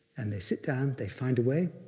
and they sit down, they find a way,